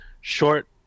short